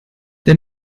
der